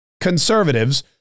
conservatives